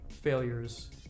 Failures